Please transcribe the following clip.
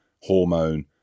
hormone